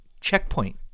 checkpoint